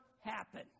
happen